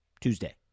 Tuesday